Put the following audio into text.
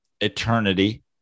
eternity